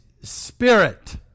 spirit